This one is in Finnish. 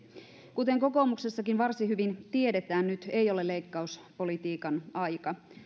kuten kokoomuksessakin varsin hyvin tiedetään nyt ei ole leikkauspolitiikan aika